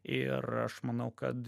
ir aš manau kad